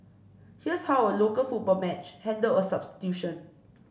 here's how a local football match handled a substitution